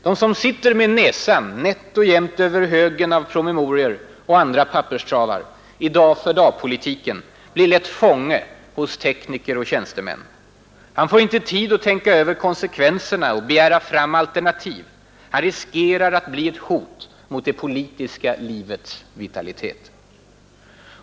Den som sitter med näsan nätt och jämnt över högen av promemorior och andra papperstravar i dag-för-dag-politiken blir lätt fånge hos tekniker och tjänstemän. Han får inte tid att tänka över konsekvenserna och begära fram alternativ. Han riskerar att bli ett hot mot det politiska livets vitalitet.